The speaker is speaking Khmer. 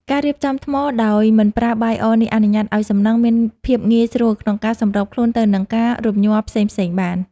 ការរៀបចំថ្មដោយមិនប្រើបាយអនេះអនុញ្ញាតឱ្យសំណង់មានភាពងាយស្រួលក្នុងការសម្របខ្លួនទៅនឹងការរំញ័រផ្សេងៗបាន។